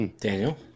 Daniel